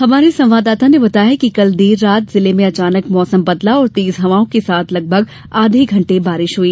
हमारे संवाददाता ने बताया है कि कल देर रात जिले में अचानक मौसम बदला और तेज हवाओं के साथ लगभग आधे घंटे बारिश हुई